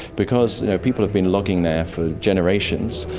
because people have been logging there for generations,